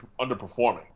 underperforming